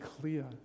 clear